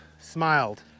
smiled